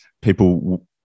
people